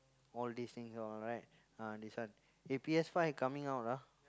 all these things all right ah this one eh P_S five coming out ah